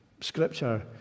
Scripture